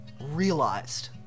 realized